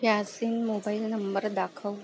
Yasin mobile number दाखव